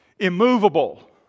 immovable